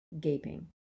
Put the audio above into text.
gaping